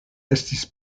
estis